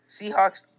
Seahawks